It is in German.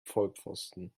vollpfosten